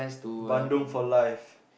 Bandung for life